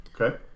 Okay